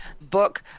book